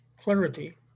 clarity